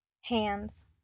Hands